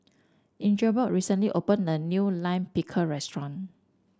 Ingeborg recently opened a new Lime Pickle restaurant